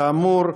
כאמור,